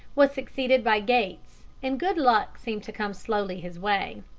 was succeeded by gates, and good luck seemed to come slowly his way.